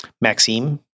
Maxime